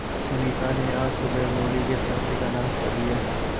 सुनीता ने आज सुबह मूली के पराठे का नाश्ता दिया